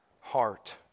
heart